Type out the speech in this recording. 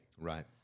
Right